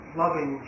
loving